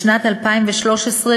בשנת 2013,